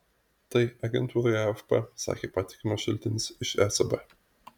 tai agentūrai afp sakė patikimas šaltinis iš ecb